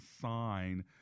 sign